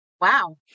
Wow